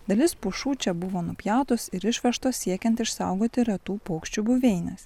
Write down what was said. dalis pušų čia buvo nupjautos ir išvežtos siekiant išsaugoti retų paukščių buveines